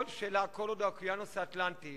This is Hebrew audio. כל עוד האוקיינוס האטלנטי